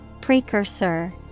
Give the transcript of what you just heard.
Precursor